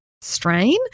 strain